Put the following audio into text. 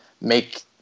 make